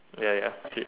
ya ya okay